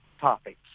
topics